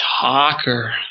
talker